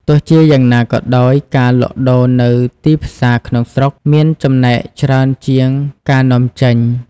ទោះជាយ៉ាងណាក៏ដោយ ការលក់ដូរនៅទីផ្សារក្នុងស្រុកមានចំណែកច្រើនជាងការនាំចេញ។